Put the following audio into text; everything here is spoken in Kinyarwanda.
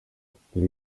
dukora